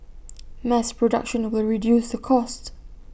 mass production will reduce the cost